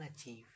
achieve